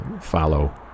follow